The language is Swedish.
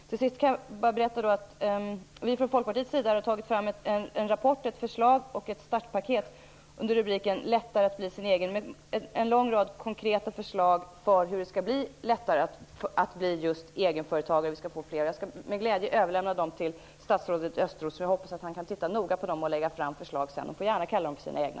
Vi från Folkpartiets sida har tagit fram en rapport, ett förslag och ett startpaket under rubriken Lättare att bli sin egen. Det är en lång rad konkreta förslag om hur det kan bli lättare att bli egenföretagare. Jag skall med glädje överlämna dem till statsrådet Östros. Jag hoppas att han kan titta noga på dem och senare lägga fram förslag. Han får gärna kalla dem sina egna.